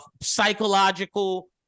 psychological